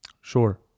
sure